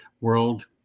world